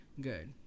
good